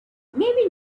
maybe